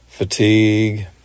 Fatigue